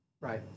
right